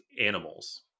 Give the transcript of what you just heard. animals